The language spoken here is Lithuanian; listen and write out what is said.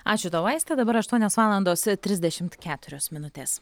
ačiū tau aiste dabar aštuonios valandos trisdešimt keturios minutės